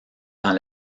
dans